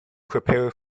prepare